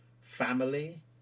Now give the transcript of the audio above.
Family